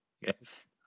Yes